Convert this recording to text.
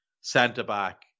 centre-back